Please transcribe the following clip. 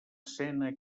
escena